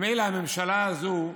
ממילא הממשלה הזו,